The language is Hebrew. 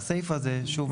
והסיפה זה שוב,